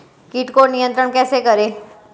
कीट को नियंत्रण कैसे करें?